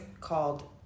called